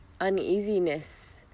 uneasiness